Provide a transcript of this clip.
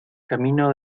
camino